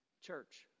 church